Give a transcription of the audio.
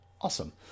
Awesome